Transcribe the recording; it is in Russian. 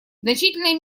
значительной